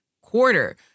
quarter